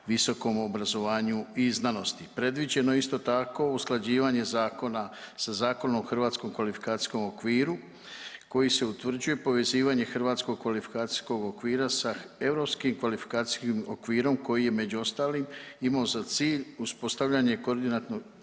visokom obrazovanju i znanosti. Predviđeno je isto tako usklađivanje zakona sa Zakonom o hrvatskom kvalifikacijskom okviru koji se utvrđuje povezivanje hrvatskog kvalifikacijskog okvira sa europskim kvalifikacijskim okvirom koji je među ostalim imao za cilj uspostavljanje koordiniranog